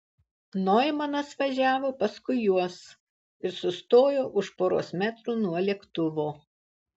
noimanas važiavo paskui juos ir sustojo už poros metrų nuo lėktuvo